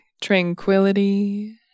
Tranquility